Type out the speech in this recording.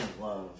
love